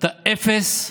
אתה אפס,